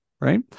right